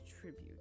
tribute